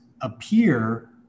appear